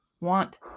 want